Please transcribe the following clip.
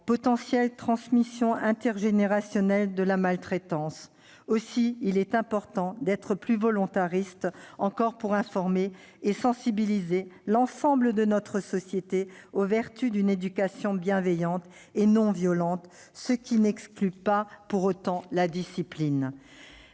potentielle transmission intergénérationnelle de la maltraitance. Aussi est-il important d'être plus volontaristes encore pour informer et sensibiliser l'ensemble de notre société aux vertus d'une éducation bienveillante et non violente, ce qui n'exclut pas pour autant la discipline.